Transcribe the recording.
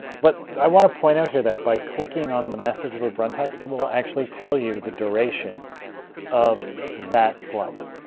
but i want to point out here that, that, by clicking on the message loop run task, it will actually tell you the duration of that slice,